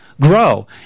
grow